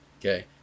Okay